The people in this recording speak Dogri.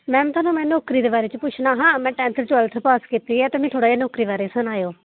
मैम में थुहानू नौकरी दे बारै च पुच्छना हा ते में थोह्ड़ी टवैल्थ पास कीती ऐ ते मिगी थोह्ड़ा नौकरी दे बारै च सनाओ